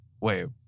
wait